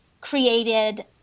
created